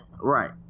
right